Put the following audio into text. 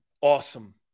awesome